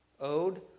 owed